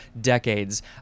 decades